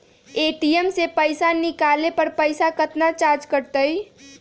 ATM से पईसा निकाले पर पईसा केतना चार्ज कटतई?